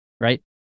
right